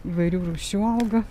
įvairių rūšių auga